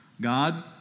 God